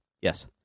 Yes